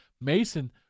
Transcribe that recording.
Mason